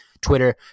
twitter